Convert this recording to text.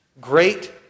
great